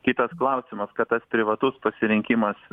kitas klausimas kad tas privatus pasirinkimas